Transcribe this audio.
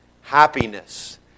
happiness